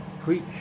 preach